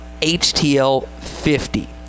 HTL50